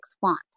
font